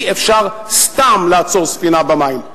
אי-אפשר סתם לעצור ספינה במים,